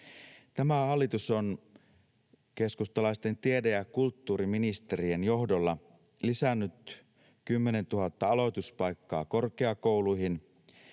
Tämä hallitus on keskustalaisten tiede- ja kulttuuriministerien johdolla lisännyt 10 000 aloituspaikkaa korkeakouluihin